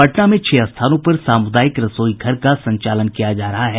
पटना में छह स्थानों पर सामुदायिक रसोई घर का संचालन किया जा रहा है